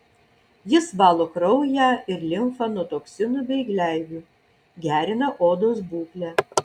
jis valo kraują ir limfą nuo toksinų bei gleivių gerina odos būklę